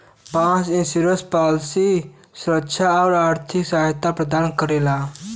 पेट insurance policy सुरक्षा आउर आर्थिक सहायता प्रदान करेला